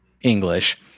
English